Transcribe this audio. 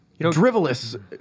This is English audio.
drivelous